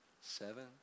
seven